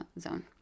zone